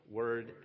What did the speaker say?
word